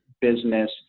business